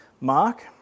Mark